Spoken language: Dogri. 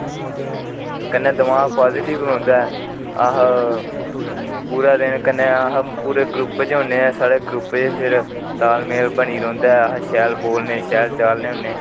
कन्ने दमाग पाॅजीटिव रौंहदा ऐ अस पुरी दिन कन्ने अस पुरे ग्रुप च होने हा साडे ग्रुप च फिर ताल मेल बनी दी रौंहदी ऐ अश शैल बोलने शैल चालने होने